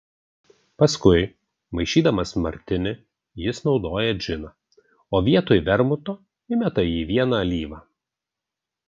paskui maišydamas martinį jis naudoja džiną o vietoj vermuto įmeta į jį vieną alyvą